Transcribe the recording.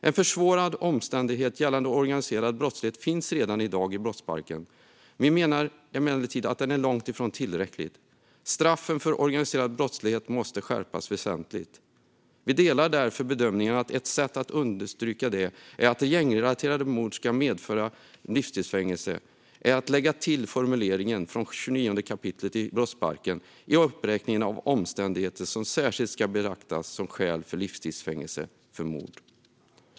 En försvårande omständighet gällande organiserad brottslighet finns redan i dag i brottsbalken. Vi menar emellertid att den är långt ifrån tillräcklig. Straffen för organiserad brottslighet måste skärpas väsentligt. Vi delar därför bedömningen att ett sätt att understryka att gängrelaterade mord ska medföra livstids fängelse är att lägga till formuleringen från 29 kap. brottsbalken i uppräkningen av omständigheter som särskilt ska beaktas som skäl för livstids fängelse för mord.